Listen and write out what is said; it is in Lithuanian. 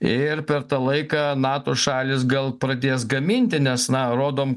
ir per tą laiką nato šalys gal pradės gaminti nes na rodom